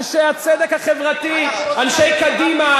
אנשי הצדק החברתי, אנשי קדימה.